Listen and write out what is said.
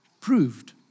proved